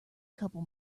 couple